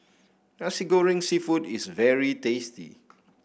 Nasi Goreng seafood is very tasty